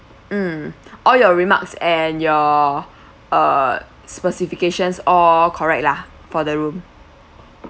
um all your remarks and your uh specifications all correct lah for the room